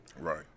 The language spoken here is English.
Right